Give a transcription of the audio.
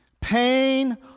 Pain